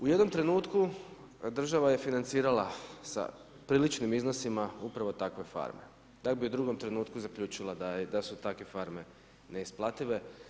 U jednom trenutku država je financirala sa priličnim iznosima upravo takve farme, da bi u drugom trenutku zaključila da su takve farme neisplative.